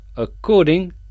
According